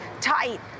tight